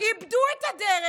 איבדו את הדרך.